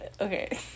okay